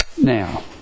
now